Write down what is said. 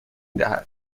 دهد